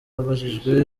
abajijwe